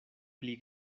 pli